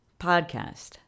podcast